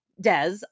Des